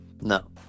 No